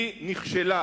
היא נכשלה.